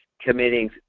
committing